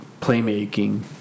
playmaking